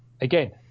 Again